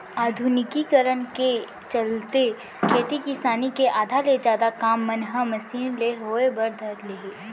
आधुनिकीकरन के चलते खेती किसानी के आधा ले जादा काम मन ह मसीन ले होय बर धर ले हे